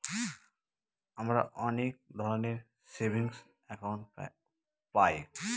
আমরা অনেক ধরনের সেভিংস একাউন্ট পায়